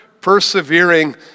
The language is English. persevering